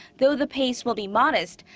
though the pace will be modest.